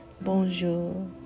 Bonjour